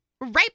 right